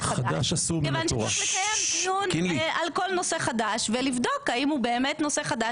חדש אלא צריך לקיים דיון על כל נושא חדש ולבדוק האם הוא באמת נושא חדש.